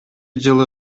жылы